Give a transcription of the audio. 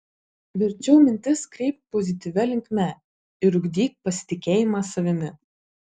verčiau mintis kreipk pozityvia linkme ir ugdyk pasitikėjimą savimi